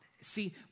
See